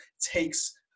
takes